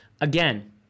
Again